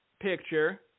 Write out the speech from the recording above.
picture